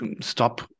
stop